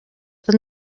then